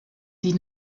die